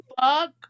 fuck